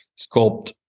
sculpt